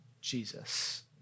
Jesus